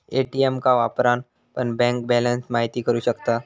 ATM का वापरान पण बँक बॅलंस महिती करू शकतास